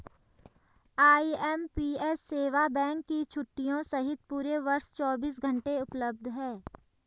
IMPS सेवा bank की छुट्टियों सहित पूरे वर्ष चौबीस घंटे उपलब्ध है